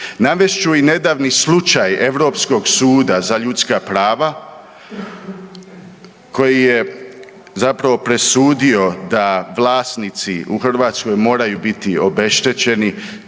Navest ću i nedavni slučaj Europskog suda za ljudska prava koji je zapravo presudio da vlasnici u Hrvatskoj moraju biti obeštećeni,